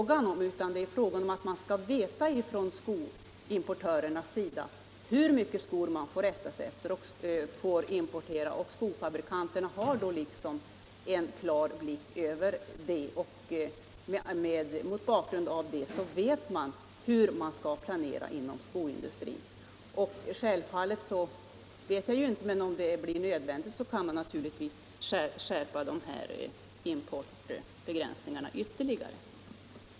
Det är i stället fråga om att skoimportörerna skall veta hur mycket skor de får importera. Skofabrikanterna har då en klar överblick, och man vet hur man skall planera inom skoindustrin. Om det blir nödvändigt kan vi naturligtvis skärpa importbegränsningarna ytterligare.